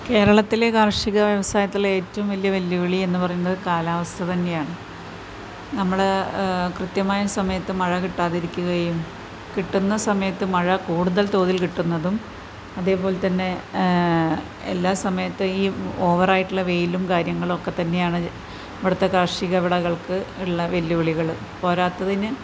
കേരളത്തിലെ കാർഷിക വ്യവസായത്തിലെ ഏറ്റവും വലിയ വെല്ലുവിളി എന്നും പറയുന്നത് കാലാവസ്ഥ തന്നെയാണ് നമ്മൾ കൃത്യമായ സമയത്ത് മഴ കിട്ടാതിരിക്കുകയും കിട്ടുന്ന സമയത്ത് മഴ കൂടുതൽ തോതിൽ കിട്ടുന്നതും അതുപോലെത്തന്നെ എല്ലാ സമയത്തും ഈ ഓവർ ആയിട്ടുള്ള വെയിലും കാര്യങ്ങളൊക്കെ തന്നെയാണ് ഇവിടത്തെ കാർഷികവിളകൾക്കുള്ള വെല്ലുവിളികൾ പോരാത്തതിന്